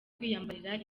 kwiyambarira